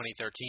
2013